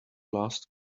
last